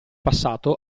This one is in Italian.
passato